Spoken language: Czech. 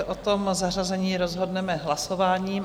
O zařazení rozhodneme hlasováním.